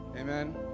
Amen